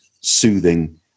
soothing